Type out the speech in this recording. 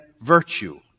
virtue